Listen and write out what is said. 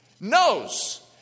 knows